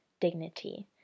dignity